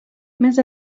més